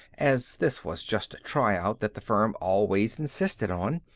as this was just a try-out that the firm always insisted on.